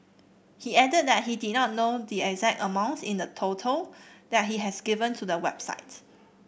he added that he did not know the exact amounts in the total that he has given to the website